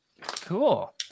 Cool